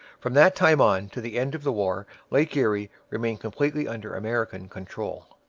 from that time on to the end of the war lake erie remained completely under american control.